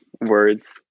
words